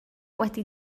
wedi